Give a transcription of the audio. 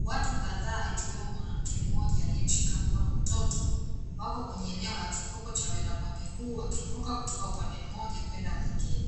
Watu kadhaa ikiwemo mwanamke mmoja aliyemshika mkono mtoto, wako kwenye eneo la kivuko cha waenda kwa miguu, wakivuka kutoka upande mmoja kwenda mwingine.